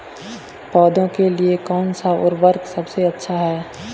पौधों के लिए कौन सा उर्वरक सबसे अच्छा है?